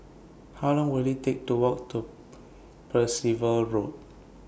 How Long Will IT Take to Walk to Percival Road